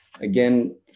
again